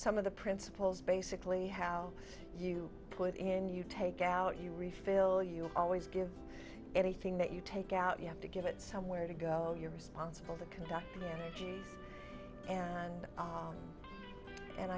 some of the principles basically how you put in you take out you refill you always give everything that you take out you have to give it somewhere to go you're responsible the conduct and all and